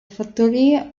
fattorie